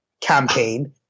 campaign